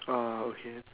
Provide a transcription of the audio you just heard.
ah okay